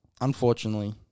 Unfortunately